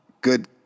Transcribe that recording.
Good